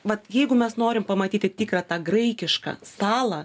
vat jeigu mes norim pamatyti tikrą tą graikišką salą